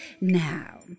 Now